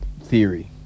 theory